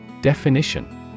Definition